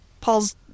Paul's